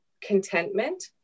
contentment